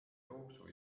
jooksu